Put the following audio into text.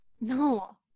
No